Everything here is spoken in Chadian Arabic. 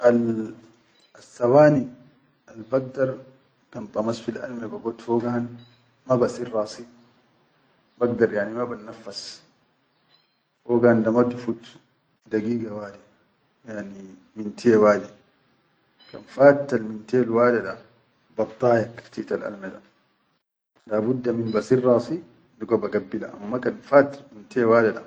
Assawani albagdar kan damas fil alme bagod fogahan ma basil rasi bagda yani ma bannaffas fogan da ma tifut dagiga wade yani minti wade, kan fattal mintiye wade da baddayak tital alme labudda min basil rasi digo bagabbila amma kan fat.